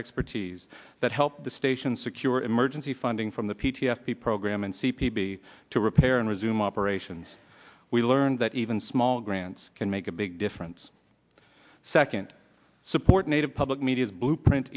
expertise that helped the station secure emergency funding from the p t s d program and c p b to repair and resume operations we learned that even small grants can make a big difference second support native public media's blueprint